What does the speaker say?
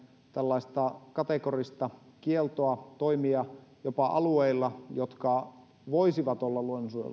tällaista kategorista kieltoa toimia jopa alueilla jotka voisivat olla luonnonsuojelualueita